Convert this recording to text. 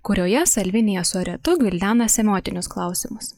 kurioje salvinija su aretu gvildena semiotinius klausimus